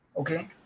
Okay